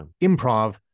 improv